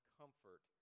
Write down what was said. comfort